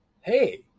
Hey